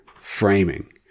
framing